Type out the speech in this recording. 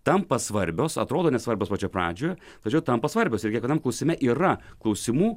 tampa svarbios atrodo nesvarbios pačioje pradžioje tačiau tampa svarbios ir kiekvienam klausime yra klausimų